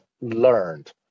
learned